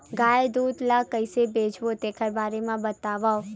गाय दूध ल कइसे बेचबो तेखर बारे में बताओ?